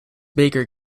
baker